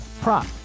prop